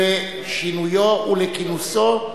לשינויו ולכינוסו.